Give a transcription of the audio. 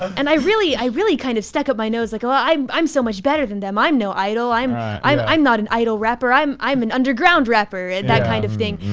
and i really i really kind of stuck up my nose like, oh, i'm i'm so much better than them. i'm no idol, i'm i'm not an idol rapper, i'm i'm an underground rapper, and that kind of thing.